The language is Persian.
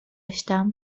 داشتم